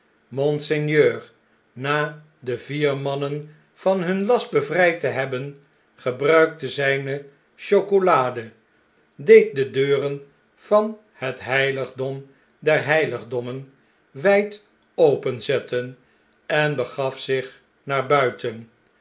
monseigneur na de vier mannen van hun last bevrijd te hebben gebruikte zjjne chocolade deed de deuren van het heiligdom der heiligdommen wijd openzetten en begaf zich naar buiten